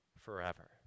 forever